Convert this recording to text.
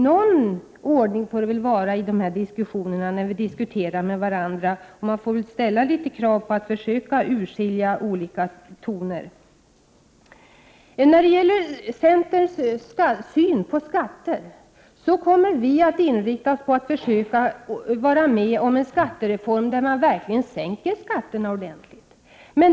Någon ordning får det ändå vara när vi diskuterar med varandra, och det får väl ställas litet större krav på att man försöker urskilja olika toner. När det gäller centerns syn på skatter, kommer vi att inrikta oss på en skattereform som verkligen sänker skatten ordentligt.